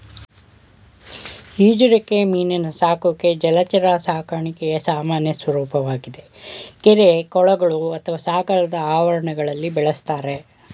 ಈಜುರೆಕ್ಕೆ ಮೀನಿನ ಸಾಕುವಿಕೆ ಜಲಚರ ಸಾಕಣೆಯ ಸಾಮಾನ್ಯ ಸ್ವರೂಪವಾಗಿದೆ ಕೆರೆ ಕೊಳಗಳು ಅಥವಾ ಸಾಗರದ ಆವರಣಗಳಲ್ಲಿ ಬೆಳೆಸ್ತಾರೆ